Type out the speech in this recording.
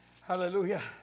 Hallelujah